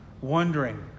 wondering